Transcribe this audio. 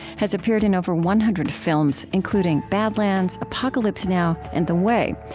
has appeared in over one hundred films, including badlands, apocalypse now, and the way,